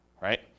right